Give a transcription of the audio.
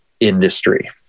industry